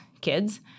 kids